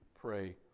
pray